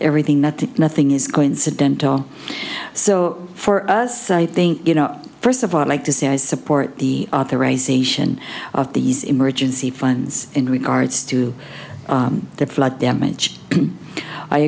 everything nothing nothing is going to dent our so for us i think you know first of all i'd like to say i support the authorization of these emergency funds in regards to the flood damage i